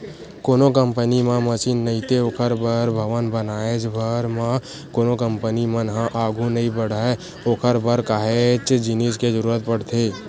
कोनो कंपनी म मसीन नइते ओखर बर भवन बनाएच भर म कोनो कंपनी मन ह आघू नइ बड़हय ओखर बर काहेच जिनिस के जरुरत पड़थे